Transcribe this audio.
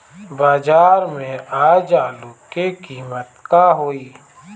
बाजार में आज आलू के कीमत का होई?